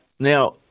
Now